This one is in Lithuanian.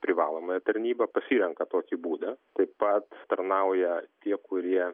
privalomąją tarnybą pasirenka tokį būdą taip pat tarnauja tie kurie